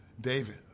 David